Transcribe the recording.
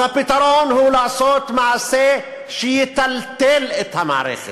אז הפתרון הוא לעשות מעשה שיטלטל את המערכת,